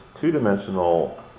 two-dimensional